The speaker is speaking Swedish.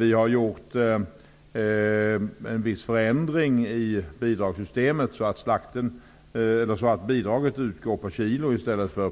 Det har genomförts en viss förändring i bidragssystemet så att bidraget utgår per kilo i stället för